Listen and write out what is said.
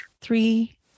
three